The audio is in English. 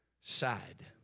side